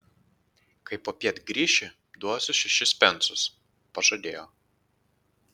kai popiet grįši duosiu šešis pensus pažadėjo